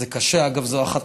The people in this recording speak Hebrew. זה קשה.